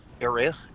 area